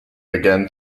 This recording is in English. began